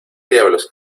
diablos